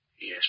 Yes